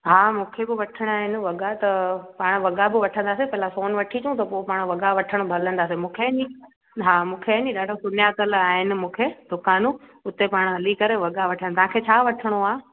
हा मूंखे बि वठिणा अहिनि वॻा त पाण वॻा बि वठंदासीं पहिरां सोन वठी अचूं त पोइ पाण वॻा वठंणु बि हलंदासीं मूंखे ई हा मूंखे आहे न ॾाढो सुञातल आहिनि मूंखे दुकानूं हुते पाण हली करे वॻा वठंदासीं छा वठिणो आहे